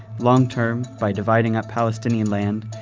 long-term, by dividing up palestinian land,